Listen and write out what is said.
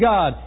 God